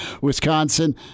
Wisconsin